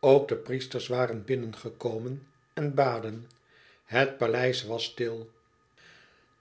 ook de priesters waren binnengekomen en baden het paleis was stil